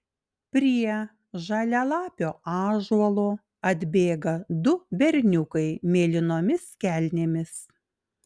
prie žalialapio ąžuolo atbėga du berniukai mėlynomis kelnėmis